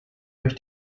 durch